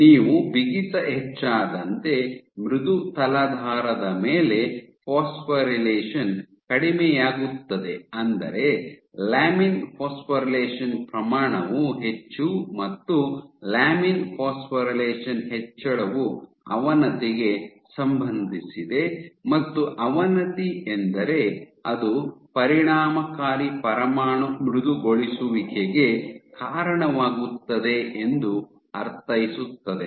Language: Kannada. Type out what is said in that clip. ನೀವು ಬಿಗಿತ ಹೆಚ್ಚಾದಂತೆ ಮೃದು ತಲಾಧಾರದ ಮೇಲೆ ಫಾಸ್ಫೊರಿಲೇಷನ್ ಕಡಿಮೆಯಾಗುತ್ತದೆ ಅಂದರೆ ಲ್ಯಾಮಿನ್ ಫಾಸ್ಫೊರಿಲೇಷನ್ ಪ್ರಮಾಣವು ಹೆಚ್ಚು ಮತ್ತು ಲ್ಯಾಮಿನ್ ಫಾಸ್ಫೊರಿಲೇಷನ್ ಹೆಚ್ಚಳವು ಅವನತಿಗೆ ಸಂಬಂಧಿಸಿದೆ ಮತ್ತು ಅವನತಿ ಎಂದರೆ ಅದು ಪರಿಣಾಮಕಾರಿ ಪರಮಾಣು ಮೃದುಗೊಳಿಸುವಿಕೆಗೆ ಕಾರಣವಾಗುತ್ತದೆ ಎಂದು ಅರ್ಥೈಸುತ್ತದೆ